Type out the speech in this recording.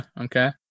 okay